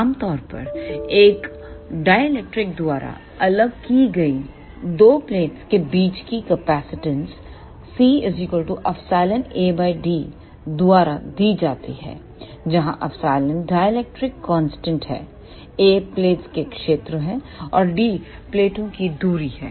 आम तौर पर एक डाई इलेक्ट्रिक द्वारा अलग की गई दो प्लेटों के बीच की कैपेसिटेंस cεAd द्वारा दी जाती है जहां Ɛ डाई इलेक्ट्रिक कांस्टेंट है A प्लेटों का क्षेत्र है और d प्लेटों दूरी है